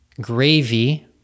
gravy